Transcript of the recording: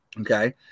Okay